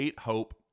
Hope